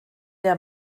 der